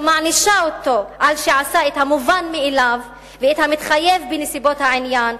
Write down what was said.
ומענישה אותו על שעשה את המובן מאליו ואת המתחייב בנסיבות העניין,